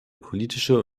politische